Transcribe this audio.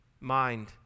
mind